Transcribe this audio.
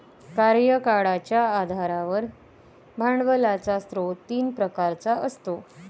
कार्यकाळाच्या आधारावर भांडवलाचा स्रोत तीन प्रकारचा असतो